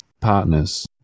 partners